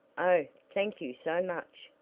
oh, thank you so much!